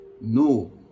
no